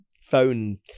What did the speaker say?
phone